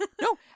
No